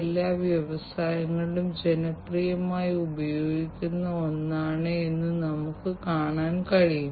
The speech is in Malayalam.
അതിനാൽ ഇത് അടിസ്ഥാനപരമായി ഇവിടെയുള്ള റിസീവർ ആണ് അത് ഇവ സ്വീകരിച്ചതായി കാണിക്കുന്നത് നിങ്ങൾക്ക് കാണാൻ കഴിയും